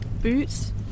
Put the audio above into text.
boots